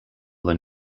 than